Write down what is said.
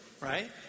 right